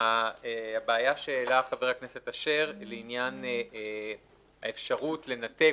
הבעיה שהעלה חבר הכנסת אשר לעניין האפשרות לנתק,